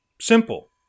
Simple